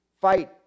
fight